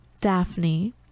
Daphne